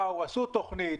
עשו תוכנית,